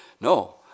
no